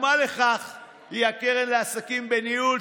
הדוגמה לכך היא הקרן לעסקים בניהול,